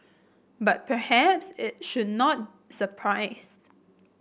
but perhaps it should not surprise